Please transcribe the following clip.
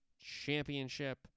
championship